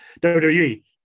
wwe